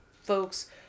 folks